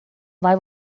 vai